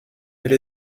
elle